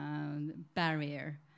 barrier